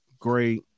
Great